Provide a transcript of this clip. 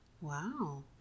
wow